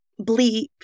bleep